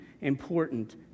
important